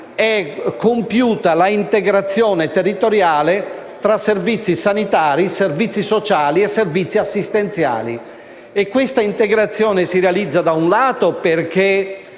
è compiuta l'integrazione territoriale tra servizi sanitari, servizi sociali e servizi assistenziali. Questa integrazione si realizza perché